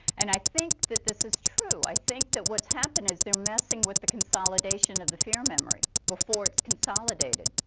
and i think that this is true. i think that what's happened is they're messing with the consolidation of the fear memory before it's consolidated.